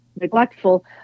neglectful